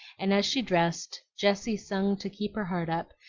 and as she dressed jessie sung to keep her heart up,